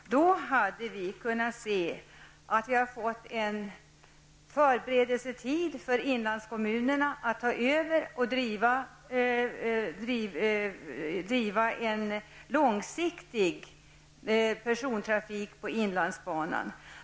Hade moderaterna gjort det hade inlandskommunerna fått en förberedelsetid för att ta över och långsiktigt driva persontrafik på inlandsbanan.